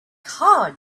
hard